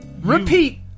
Repeat